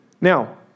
Now